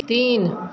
तीन